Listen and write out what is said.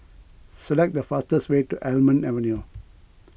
select the fastest way to Almond Avenue